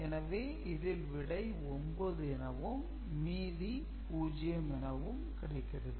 எனவே இதில் விடை 9 எனவும் மீதி 0 எனவும் கிடைக்கிறது